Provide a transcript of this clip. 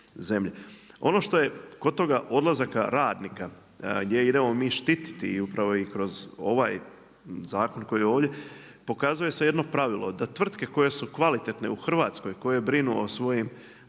Ono što je kod toga odlazaka radnika gdje idemo mi štititi i upravo kroz ovaj zakon koji je ovdje, pokazuje se jedno pravilo, da tvrtke koje su kvalitetne u Hrvatskoj koje brinu o svojim